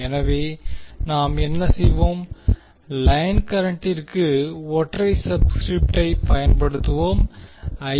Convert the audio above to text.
எனவே நாம் என்ன செய்வோம் லைன் கரண்ட்டிற்கு ஒற்றை சப்ஸ்கிரிப்ட் ஐ பயன்படுத்துவோம் ஐ